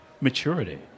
maturity